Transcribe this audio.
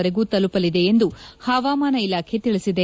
ವರೆಗೂ ತಲುಪಲಿದೆ ಎಂದು ಹವಾಮಾನ ಇಲಾಖೆ ತಿಳಿಸಿದೆ